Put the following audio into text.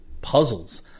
puzzles